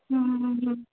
हूँ